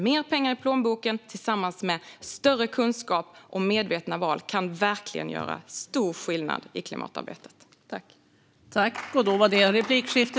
Mer pengar i plånboken tillsammans med större kunskap och medvetna val kan verkligen göra stor skillnad i klimatarbetet.